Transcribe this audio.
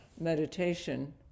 meditation